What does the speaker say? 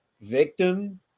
victim